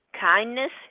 kindness